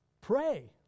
pray